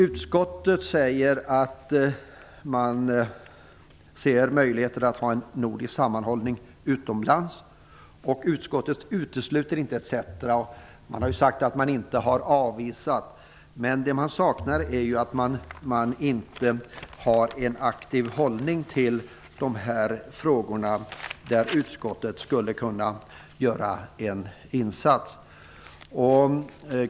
Utskottet säger att man ser möjligheter att ha en nordisk sammanhållning utomlands, utskottet utesluter inte, etc. Man har sagt att man inte har avvisat. Men det som saknas är att man inte har en aktiv hållning till de här frågorna, där utskottet skulle kunna göra en insats.